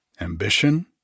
ambition